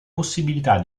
possibilità